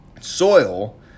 Soil